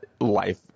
life